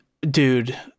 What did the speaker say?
dude